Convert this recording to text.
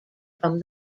from